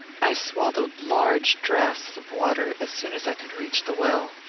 i swallowed large draughts of water as soon as i could reach the well.